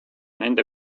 nende